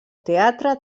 teatre